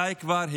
די כבר.